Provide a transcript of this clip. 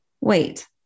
wait